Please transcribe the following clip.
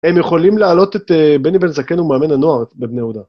הם יכולים להעלות את בני בן זקן ומאמן הנוער בבני אודה.